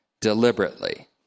deliberately